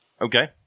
Okay